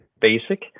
basic